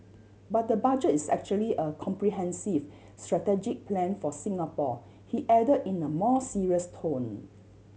but the Budget is actually a comprehensive strategic plan for Singapore he add in a more serious tone